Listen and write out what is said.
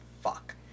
Fuck